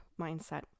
mindset